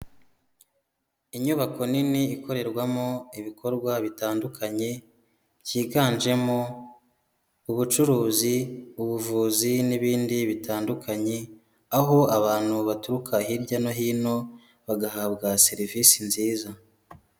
Inyubako nini ikorerwamo ibikorwa bitandukanye, byiganjemo ubucuruzi, ubuvuzi, n'ibindi bitandukanye, aho abantu baturuka hirya no hino, bagahabwa serivisi nziza.